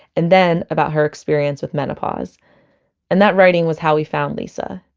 and then, about her experience with menopause and that writing was how we found lisa.